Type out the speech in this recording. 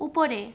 উপরে